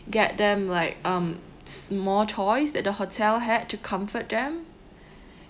get them like um s~ more toys that the hotel had to comfort them